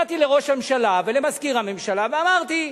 באתי לראש הממשלה ולמזכיר הממשלה ואמרתי: